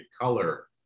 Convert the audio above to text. color